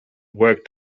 worked